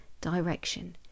direction